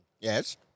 Yes